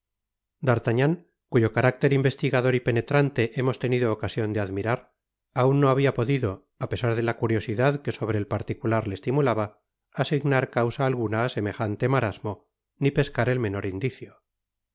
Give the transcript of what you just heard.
d'artagoan cuyo carácter investigador y penetrante hemos tenido ocasion de admirar aun no habia podido á pesar de la curiosidad que sobre el particular le estimulaba asignar causa alguna á semejante marasmo ni pescar el menor indicio